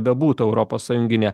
bebūtų europos sąjunginė